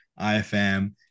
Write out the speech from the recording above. IFM